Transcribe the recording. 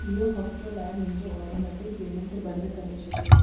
इहो हफ़्ते लाइ मुंहिंजो ऑटोमैटिक पेमेंट बंदि करे छॾियो